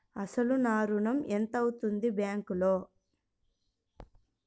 అసలు నా ఋణం ఎంతవుంది బ్యాంక్లో?